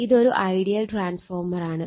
ഇതൊരു ഐഡിയൽ ട്രാൻസ്ഫോർമറാണ്